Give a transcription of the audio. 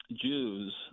Jews